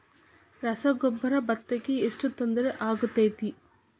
ರಸಗೊಬ್ಬರ, ಭತ್ತಕ್ಕ ಎಷ್ಟ ತೊಂದರೆ ಆಕ್ಕೆತಿ?